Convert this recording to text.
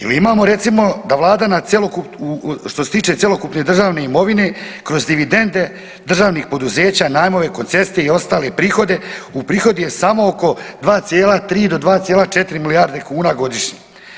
Ili imamo recimo da Vlada što se tiče cjelokupne državne imovine kroz dividende državnih poduzeća, najmove, koncesije i ostale prihode uprihodi samo oko 2,3 do 2,4 milijarde kuna godišnje.